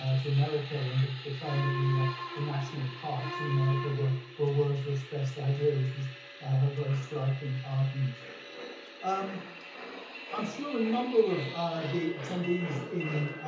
ah to america and the the claim that the ah the national parks in america were were wordsworth's best idea which was a very striking argument um i'm sure a number of ah the attendees in